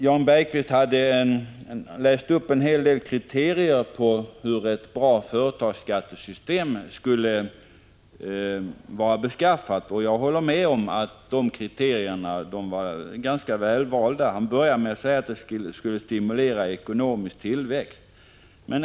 Jan Bergqvist läste upp en hel del kriterier på hur ett bra företagsskattesystem bör vara beskaffat, och jag tycker att kriterierna var ganska väl valda. Han började med att säga att systemet borde stimulera ekonomisk tillväxt.